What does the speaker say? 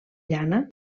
llana